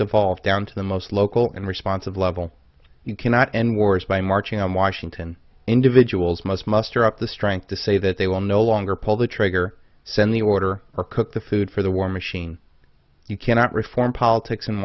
devolve down to the most local and responsive level you cannot end wars by marching on washington individuals must muster up the strength to say that they will no longer pull the trigger send the order or cook the food for the war machine you cannot reform politics in